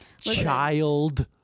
child